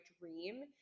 dream